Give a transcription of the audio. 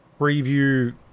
preview